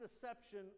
deception